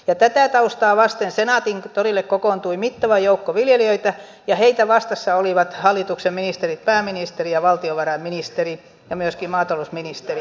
ja tätä taustaa vasten senaatintorille kokoontui mittava joukko viljelijöitä ja heitä vastassa olivat hallituksen ministerit pääministeri ja valtiovarainministeri ja myöskin maatalousministeri